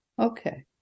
Okay